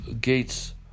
gates